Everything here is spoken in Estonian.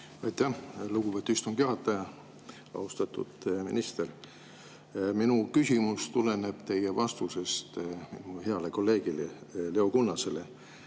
Aitäh, lugupeetud istungi juhataja! Austatud minister! Minu küsimus tuleneb teie vastusest minu heale kolleegile Leo Kunnasele.